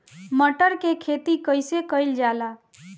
मटर के खेती कइसे कइल जाला?